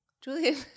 Julian